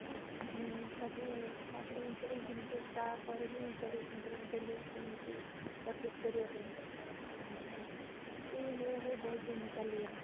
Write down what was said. G ସବୁ ତାପରେ interview ଫିଣ୍ଟରଭିୟୁ ତାପରେ ବି ଇଣ୍ଟରଭିୟୁ ଫିଣ୍ଟରଭିୟୁ ଦେଲି କୌଣସି ସର୍ଭିସ କରିବା ପାଇଁ ଏମିତି ହେଉ ହେଉ ବହୁତ ଦିନ ଚାଲିଗଲା